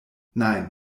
nein